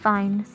Fine